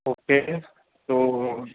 okay તો